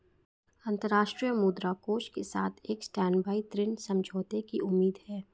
अंतर्राष्ट्रीय मुद्रा कोष के साथ एक स्टैंडबाय ऋण समझौते की उम्मीद है